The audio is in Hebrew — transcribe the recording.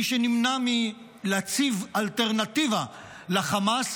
מי שנמנע מלהציב אלטרנטיבה לחמאס